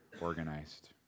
organized